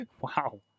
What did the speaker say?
Wow